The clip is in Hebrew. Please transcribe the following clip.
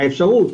האפשרות